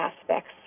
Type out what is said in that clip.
aspects